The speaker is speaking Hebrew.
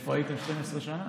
איפה הייתם 12 שנה?